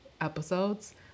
episodes